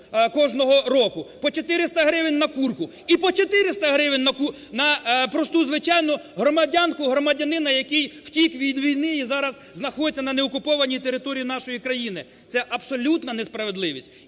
кожного року, по 400 гривень на курку! І по 400 гривень на просту, звичайну громадянку, громадянина, який втік від війни і зараз знаходиться на неокупованій території нашої країни. Це абсолютна несправедливість.